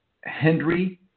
Henry